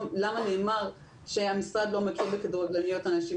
נאמר שהמשרד לא מכיר בכדורגלניות נשים.